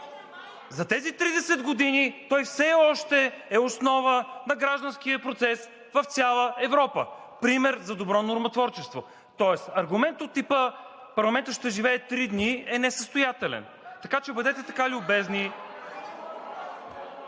За тези 30 години той все още е основа на гражданския процес в цяла Европа – пример за добро нормотворчество. Тоест аргумент от типа „Парламентът ще живее три дни“ е несъстоятелен. Така че бъдете така любезни